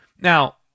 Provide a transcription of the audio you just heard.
Now